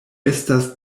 estas